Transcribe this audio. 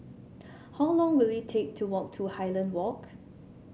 how long will it take to walk to Highland Walk